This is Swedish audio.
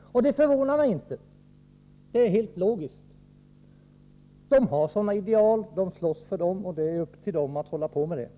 Och det förvånar mig inte. Det är helt logiskt. Högern har sina ideal och slåss för dem och har naturligtvis sin fulla rätt att hålla på med det.